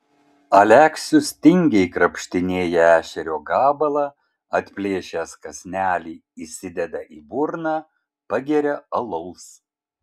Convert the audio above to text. aleksius tingiai krapštinėja ešerio gabalą atplėšęs kąsnelį įsideda į burną pageria alaus